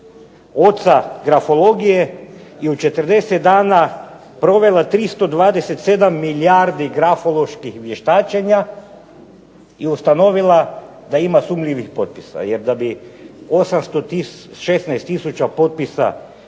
oca grafologije i u 40 dana provela 327 milijardi grafoloških vještačenja i ustanovila da ima sumnjivih potpisa, jer da bi 16000 potpisa